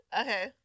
Okay